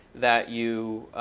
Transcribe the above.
that you